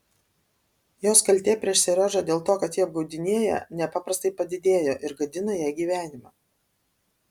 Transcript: jos kaltė prieš seriožą dėl to kad jį apgaudinėja nepaprastai padidėjo ir gadina jai gyvenimą